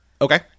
okay